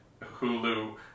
Hulu